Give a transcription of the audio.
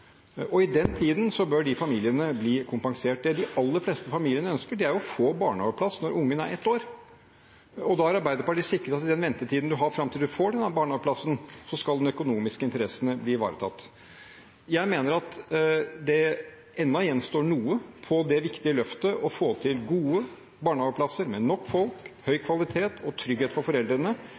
opptaket. I den tiden bør disse familiene bli kompensert. Det de aller fleste familiene ønsker, er å få barnehageplass når barnet er ett år. Derfor har Arbeiderpartiet sikret at i ventetiden fram til man får barnehageplass, skal de økonomiske interessene bli ivaretatt. Jeg mener at det ennå gjenstår noe av det viktige løftet for å få til gode barnehageplasser med nok folk, høy kvalitet og trygghet for foreldrene,